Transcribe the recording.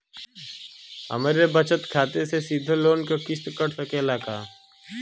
हमरे बचत खाते से सीधे लोन क किस्त कट सकेला का?